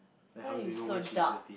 then how do you know when she's happy